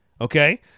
Okay